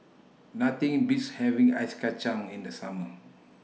Nothing Beats having Ice Kachang in The Summer